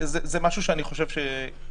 מתוך תקווה שתצליח להשתקם ותחזור לפסים.